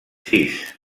sis